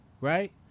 Right